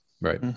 Right